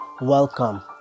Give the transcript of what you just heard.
Welcome